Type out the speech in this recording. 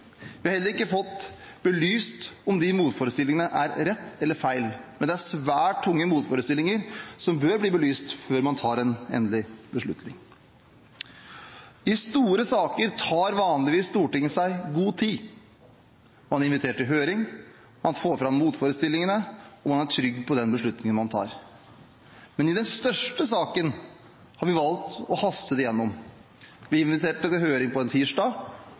Vi har heller ikke fått belyst om de motforestillingene er rett eller feil, men det er svært tunge motforestillinger, som bør bli belyst før man tar en endelig beslutning. I store saker tar vanligvis Stortinget seg god tid. Man inviterer til høring, man får fram motforestillingene, og man er trygg på den beslutningen man tar. Men i den største saken har vi valgt å haste det igjennom. Vi inviterte til høring på en tirsdag,